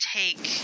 take